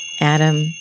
Adam